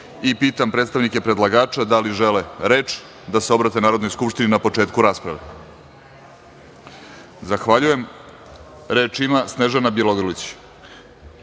predstavnike predlagača da li žele reč, da se obrate Narodnoj skupštini na početku rasprave? Zahvaljujem. Reč ima Snežana Bjelogrlić. Izvolite.